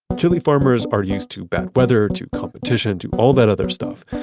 chili farmers are used to bad weather, to competition, to all that other stuff,